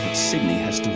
sydney has to